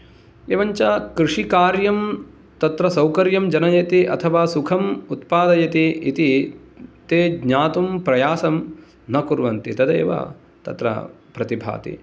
एवञ्च कृषिकार्यं तत्र सौकर्यं जनयति अथवा सुखम् उत्पादयति इति ते ज्ञातुं प्रयासं न कुर्वन्ति तदेव तत्र प्रतिभाति